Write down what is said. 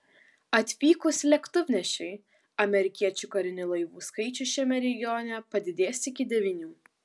atvykus lėktuvnešiui amerikiečių karinių laivų skaičius šiame regione padidės iki devynių